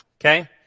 okay